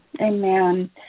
Amen